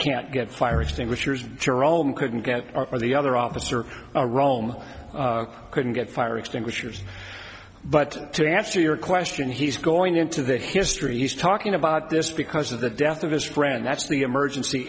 can't get fire extinguishers jerome couldn't get or the other officer a rome couldn't get fire extinguishers but to answer your question he's going into the history he's talking about this because of the death of his friend that's the emergency